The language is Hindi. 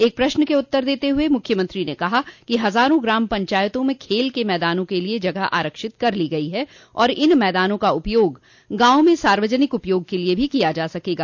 एक प्रश्न का उत्तर देते हुए मुख्यमंत्री ने कहा कि हजारों ग्राम पंचायतों में खेल के मैदान के लिये जगह आरक्षित कर ली गई है और इन मैदानों का उपयोग गांवों में सार्वजनिक उपयोग के लिये भी किया जा सकेगा